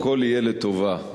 הכול יהיה לטובה,